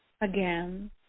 Again